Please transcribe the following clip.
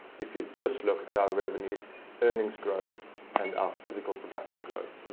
if you just look at our revenue earnings growth and our physical production growth.